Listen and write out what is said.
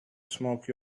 smoke